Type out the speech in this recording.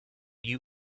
you